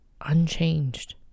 unchanged